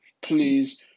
please